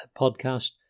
podcast